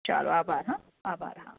ચાલો આભાર હં આભાર હા